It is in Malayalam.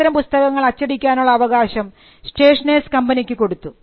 അത്തരം പുസ്തകങ്ങൾ അച്ചടിക്കാനുള്ള അവകാശം സ്റ്റേഷനേഴ്സ് കമ്പനിക്ക് കൊടുത്തു